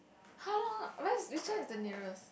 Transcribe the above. how long where is which one is the nearest